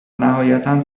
نهایتا